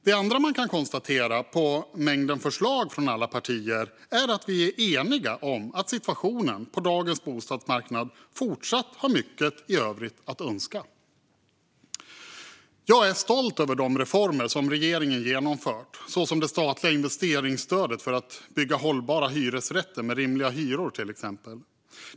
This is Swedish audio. Det andra man kan konstatera, utifrån mängden förslag från alla partier, är att vi är eniga om att situationen på dagens bostadsmarknad fortsatt lämnar mycket i övrigt att önska. Jag är stolt över de reformer som regeringen har genomfört, till exempel det statliga investeringsstödet för att bygga hållbara hyresrätter med rimliga hyror.